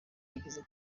yagize